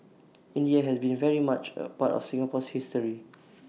India has been very much A part of Singapore's history